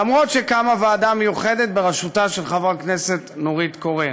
למרות שקמה ועדה מיוחדת בראשותה של חברת הכנסת נורית קורן.